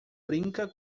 brinca